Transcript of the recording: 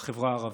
החברה הערבית,